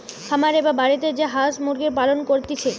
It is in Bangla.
খামারে বা বাড়িতে যে হাঁস মুরগির পালন করতিছে